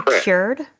cured